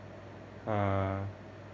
ha